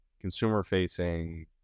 consumer-facing